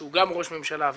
שהוא גם ראש ממשלה,